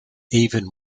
even